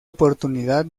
oportunidad